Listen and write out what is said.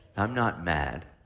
i'm not mad.